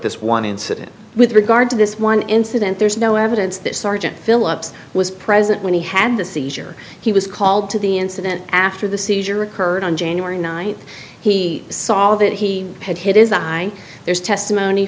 this one incident with regard to this one incident there's no evidence that sergeant philips was present when he had the seizure he was called to the incident after the seizure occurred on january ninth he saw that he had his eye there's testimony